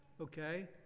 okay